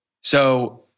So-